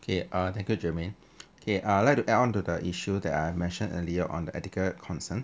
okay uh thank you germmaine okay I like to add on to the issue that I mentioned earlier on the ethical concern